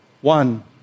One